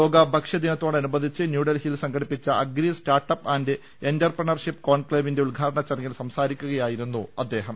ലോക ഭക്ഷ്യദിനത്തോടനുബന്ധിച്ച് ന്യൂഡൽഹി യിൽ സംഘടിപ്പിച്ച agri startup and entrepreneurship conclave ന്റെ ഉദ്ഘാടന ചടങ്ങിൽ സംസാരിക്കുകയായിരുന്നു അദ്ദേഹം